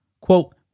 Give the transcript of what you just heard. quote